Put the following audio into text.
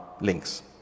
links